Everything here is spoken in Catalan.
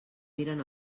miren